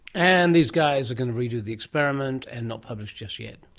and these guys are going to redo the experiment and not publish just yet.